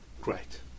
great